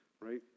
right